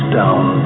down